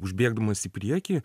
užbėgdamas į priekį